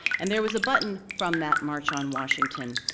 and there was a button from that march on washington.